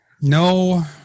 No